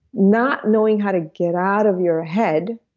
not knowing how to get out of your head